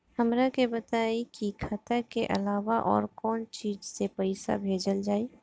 हमरा के बताई की खाता के अलावा और कौन चीज से पइसा भेजल जाई?